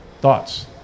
Thoughts